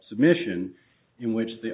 submission in which the